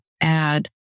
add